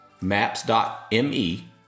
Maps.me